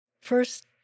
First